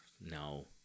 no